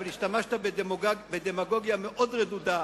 אבל השתמשת בדמגוגיה מאוד רדודה.